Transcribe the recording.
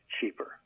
cheaper